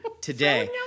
today